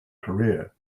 career